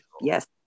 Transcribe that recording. yes